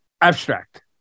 abstract